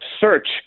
search